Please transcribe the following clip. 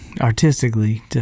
artistically